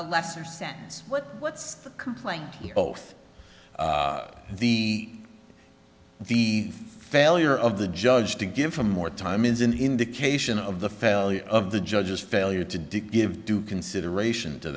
a lesser sentence but what's the complaint the oath the failure of the judge to give him more time is an indication of the failure of the judge's failure to dick give due consideration to